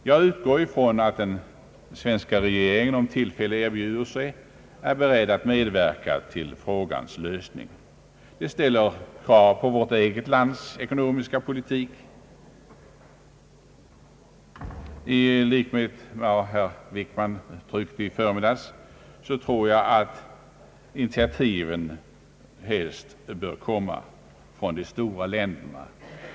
Jag utgår från att den svenska regeringen, om tillfälle erbjuder sig, är beredd att medverka till frågans lösning. Det ställer krav på vårt eget lands ekonomiska politik. I likhet med vad herr Wickman uttryckte i förmiddags vill jag säga att initiativen helst bör komma från de stora länderna.